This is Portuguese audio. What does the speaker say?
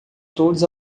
todos